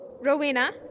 Rowena